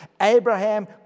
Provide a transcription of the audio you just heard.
Abraham